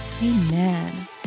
Amen